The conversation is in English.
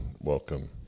Welcome